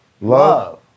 Love